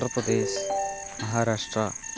Uttar Pradesh Maharashtra